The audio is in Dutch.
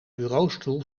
bureaustoel